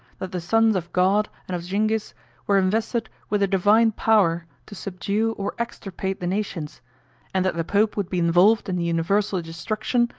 that the sons of god and of zingis were invested with a divine power to subdue or extirpate the nations and that the pope would be involved in the universal destruction,